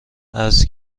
است